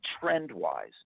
trend-wise